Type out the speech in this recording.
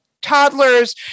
toddlers